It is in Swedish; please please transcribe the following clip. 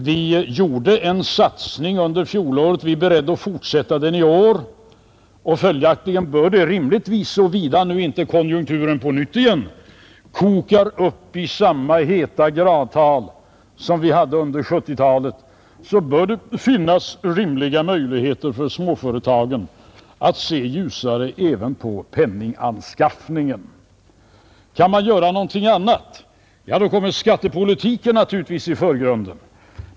Vi gjorde en satsning under fjolåret och vi är beredda att fortsätta den i år. Följaktligen bör det, såvida inte konjunkturen på nytt kokar upp till samma höga gradtal som under år 1970, rimligtvis finnas möjligheter för småföretagen att se ljusare även på penninganskaffningen. Kan man göra något annat? — Om jag skall svara på den frågan kommer skattepolitiken naturligtvis i förgrunden.